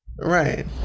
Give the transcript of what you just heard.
Right